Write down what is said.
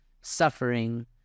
suffering